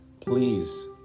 please